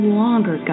longer